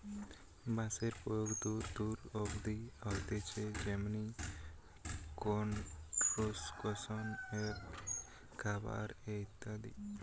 বাঁশের প্রয়োগ দূর দূর অব্দি হতিছে যেমনি কনস্ট্রাকশন এ, খাবার এ ইত্যাদি